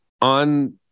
on